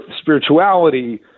spirituality